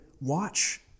watch